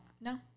No